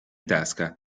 tasca